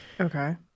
Okay